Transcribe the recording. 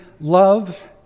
love